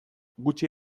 gutxi